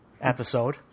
episode